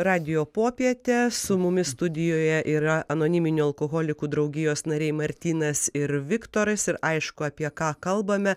radijo popietę su mumis studijoje yra anoniminių alkoholikų draugijos nariai martynas ir viktoras ir aišku apie ką kalbame